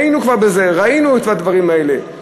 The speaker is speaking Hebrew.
היינו כבר בזה, ראינו את הדברים האלה.